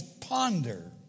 ponder